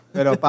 Pero